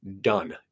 done